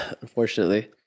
unfortunately